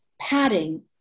padding